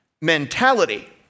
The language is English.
mentality